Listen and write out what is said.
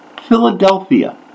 Philadelphia